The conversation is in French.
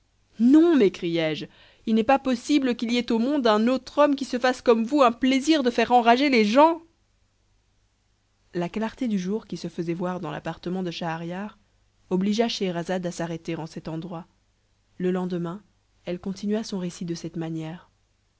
non m'écriai-je il n'est pas possible qu'il y ait au monde un autre homme qui se fasse comme vous un plaisir de faire enrager les gens la clarté du jour qui se faisait voir dans l'appartement de schahriar obligea scheherazade à s'arrêter en cet endroit le lendemain elle continua son récit de cette manière